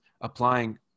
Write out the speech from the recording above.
applying